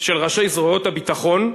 של ראשי זרועות הביטחון,